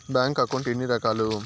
bank account ఎన్ని రకాలు